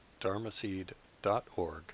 dharmaseed.org